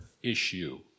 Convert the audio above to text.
issue